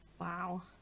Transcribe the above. wow